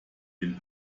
den